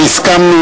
והסכמנו,